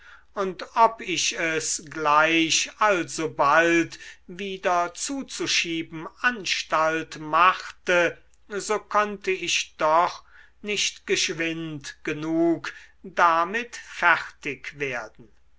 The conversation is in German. und ob ich es gleich alsobald wieder zuzuschieben anstalt machte so konnte ich doch nicht geschwind genug damit fertig werden